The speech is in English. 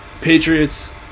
Patriots